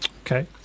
Okay